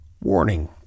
warning